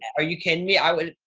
are you kidding me? i would.